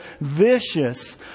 vicious